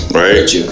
right